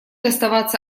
оставаться